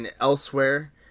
elsewhere